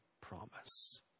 promise